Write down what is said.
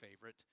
favorite